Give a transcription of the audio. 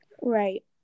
right